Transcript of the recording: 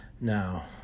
Now